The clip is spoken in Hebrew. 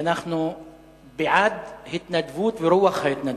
שאנחנו בעד התנדבות ורוח ההתנדבות.